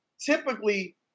typically –